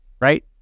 right